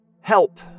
help